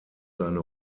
seine